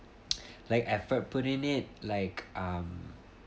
like effort put in it like um